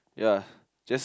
ya just